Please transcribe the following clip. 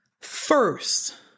first